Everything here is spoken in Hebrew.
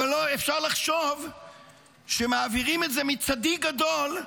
אבל אפשר לחשוב שמעבירים את זה מצדיק גדול.